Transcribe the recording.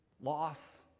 Loss